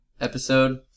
episode